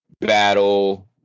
battle